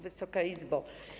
Wysoka Izbo!